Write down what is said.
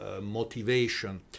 motivation